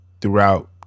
throughout